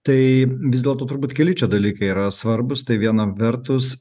tai vis dėlto turbūt keli čia dalykai yra svarbūs tai viena vertus